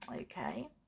okay